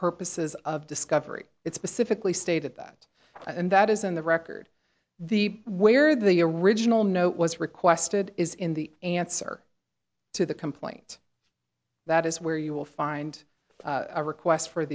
purposes of discovery it's pacifically stated that and that is in the record the where the original note was requested is in the answer to the complaint that is where you will find a request for